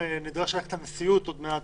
אני נדרש ללכת לנשיאות עוד מעט.